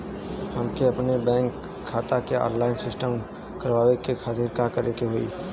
हमके अपने बैंक खाता के ऑनलाइन सिस्टम करवावे के खातिर का करे के होई?